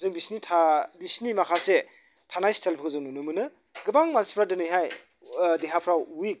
जों बिसिनि बिसिनि माखासे थानाय स्टायलफोरखौ जों नुनो मोनो गोबां मानसिफ्रा दिनैहाय देहाफ्राव उइक